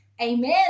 amen